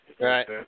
Right